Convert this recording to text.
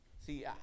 See